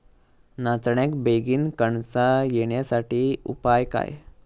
नाचण्याक बेगीन कणसा येण्यासाठी उपाय काय?